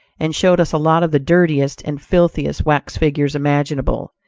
and showed us a lot of the dirtiest and filthiest wax figures imaginable.